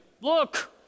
Look